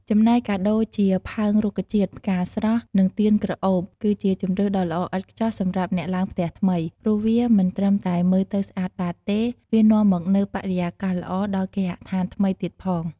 ចំណែកកាដូរជា ផើងរុក្ខជាតិ ផ្កាស្រស់ និង ទៀនក្រអូប គឺជាជម្រើសដ៏ល្អឥតខ្ចោះសម្រាប់អ្នកឡើងផ្ទះថ្មី ព្រោះវាមិនត្រឹមតែមើលទៅស្អាតបាតទេ វានាំមកនូវបរិយាកាសល្អដល់គេហដ្ឋានថ្មីទៀតផង។